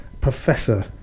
Professor